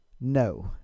No